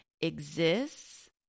exists